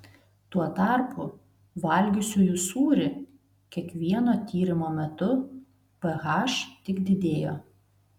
tuo tarpu valgiusiųjų sūrį kiekvieno tyrimo metu ph tik didėjo